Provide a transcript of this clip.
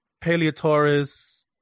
paleotaurus